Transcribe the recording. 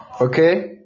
okay